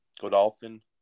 Godolphin